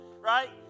right